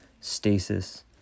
Stasis